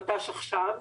מט"ש עכשיו,